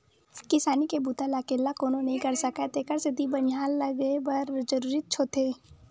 किसानी के बूता ल अकेल्ला कोनो नइ कर सकय तेखर सेती बनिहार लगये बर जरूरीच होथे